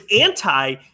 anti